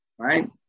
Right